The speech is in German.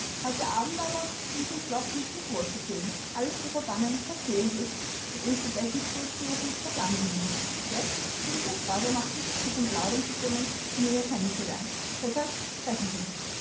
heute abend aber bin ich entschlossen mich wohl zu fühlen alles zu verbannen was quälend ist das ins gedächtnis zurückzurufen was angenehm ist jetzt würde es mir freude machen sie zum plaudern zu bringen sie näher kennen zu lernen deshalb sprechen sie